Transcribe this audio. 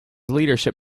leadership